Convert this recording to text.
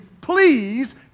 Please